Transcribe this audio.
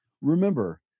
Remember